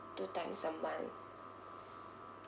two times a month